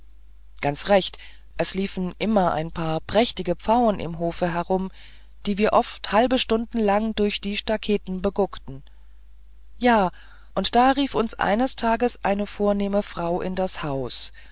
ganz recht es liefen immer ein paar prächtige pfauen im hofe herum die wir oft halbe stunden lang durch die staketen beguckten ja und da rief uns eines tags eine vornehme frau in das haus